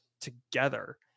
together